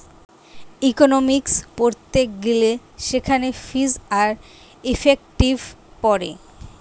economics পড়তে গিলে সেখানে ফিজ আর ইফেক্টিভ পড়ে